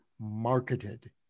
marketed